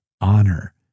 honor